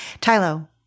Tylo